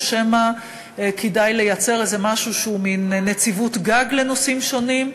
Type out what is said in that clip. או שמא כדאי לייצר משהו שהוא מין נציבות-גג לנושאים שונים.